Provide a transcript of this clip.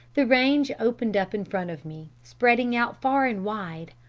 the range opened up in front of me, spreading out far and wide,